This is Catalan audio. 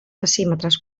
decímetres